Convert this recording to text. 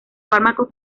fármacos